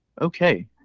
Okay